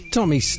Tommy